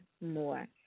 more